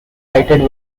cited